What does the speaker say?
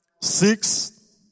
six